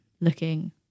looking